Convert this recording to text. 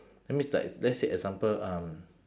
that means like let's say example um